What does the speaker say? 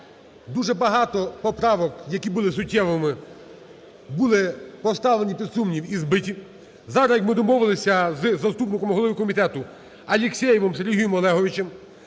дуже багато поправок, які були суттєвими, були поставлені під сумнів і збиті. Зараз, як ми домовилися із заступником голови комітету Алєксєєвим Сергієм Олеговичем,